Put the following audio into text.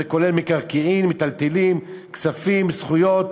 זה כולל מקרקעין, מיטלטלין, כספים, זכויות,